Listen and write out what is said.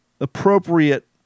appropriate